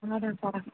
ആ എടാ പറ